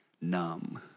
Numb